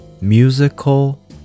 Musical